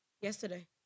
Yesterday